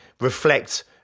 reflect